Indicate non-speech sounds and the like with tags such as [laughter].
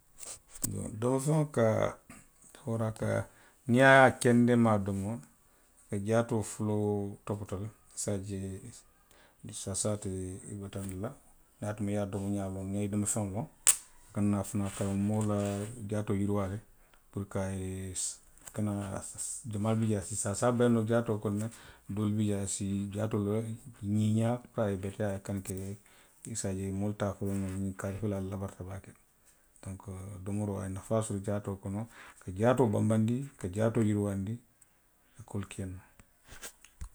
Domofeŋo ka, koolaa a ka, niŋ i ye a kendemaa domo, a ka jaatoo foloo topoto le. I se a je saasaa te i bataandi la, niŋ a domoňaa loŋ ne, i ye i domofeŋo loŋ. Aduŋ fanaŋ a ka moo la jaatoo yiriwaa le puru ko a ye, i kana,, jamaa bi jee a si saasaa bayi noo jaatoo kono le. Doolu bi jee a si jaatoolu reki, a si i jaatoo ňiiňaa puru a ye beteyaa [unintelligible] i se a je moolu te a fo la noo ňiŋ kaarii fele a labarita baake. Donku domoroo a ye nafaa soto jaatoo kono, a ka jaatoo banbanndi, a ka moo jaatoo yiriwaandi, a ka wo le ke noo